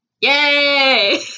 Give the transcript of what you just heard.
Yay